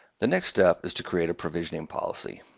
the next step is to create a provisioning policy.